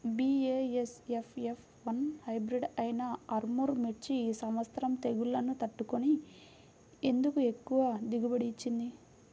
BASF F one hybrid అయినా ఆర్ముర్ మిర్చి ఈ సంవత్సరం తెగుళ్లును తట్టుకొని ఎందుకు ఎక్కువ దిగుబడి ఇచ్చింది?